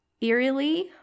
eerily